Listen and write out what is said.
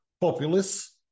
Populists